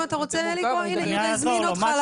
אם אתה רוצה, אליקו, יהודה הזמין אותך.